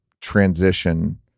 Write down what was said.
transition